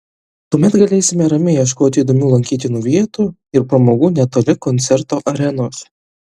tuomet galėsime ramiai ieškoti įdomių lankytinų vietų ir pramogų netoli koncerto arenos